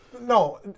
no